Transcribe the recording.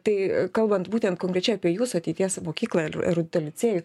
tai kalbant būtent konkrečiai apie jūsų ateities mokyklą ir ir licėjų